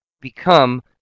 become